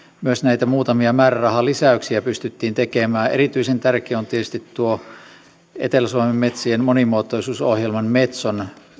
myös näitä muutamia määrärahalisäyksiä pystyttiin tekemään erityisen tärkeä on tietysti etelä suomen metsien monimuotoisuusohjelman metson